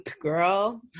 Girl